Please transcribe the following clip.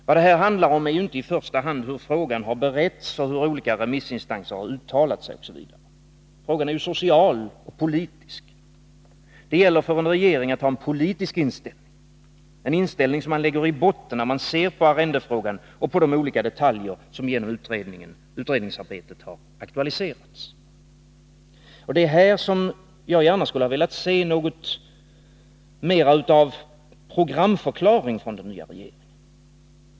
Vad det här handlar om är inte i första hand hur frågan har beretts, hur olika remissinstanser har uttalat sig osv. Frågan är social och politisk. Det gäller för en regering att ha en politisk inställning, en inställning som man lägger i botten när man ser på arrendefrågan och på de olika detaljer som genom utredningen har aktualiserats. Det är här som jag gärna skulle ha velat se något mera av programförklaring från den nya regeringen.